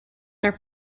their